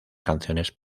canciones